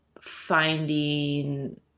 finding